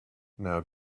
now